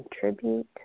contribute